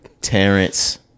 Terrence